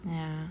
ya